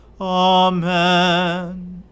Amen